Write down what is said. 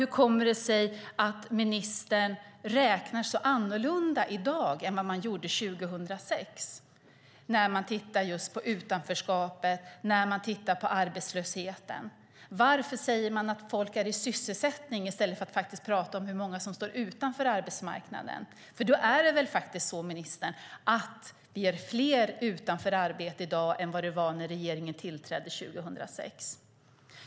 Hur kommer det sig att ministern räknar så annorlunda i dag än vad man gjorde 2006 när det gäller just utanförskapet och arbetslösheten? Varför säger man att folk är i sysselsättning i stället för att prata om hur många som står utanför arbetsmarknaden? Det är väl faktiskt så, ministern, att det är fler som är utan arbete i dag än vad det var när regeringen tillträdde 2006?